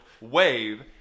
wave